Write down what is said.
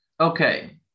Okay